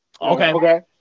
Okay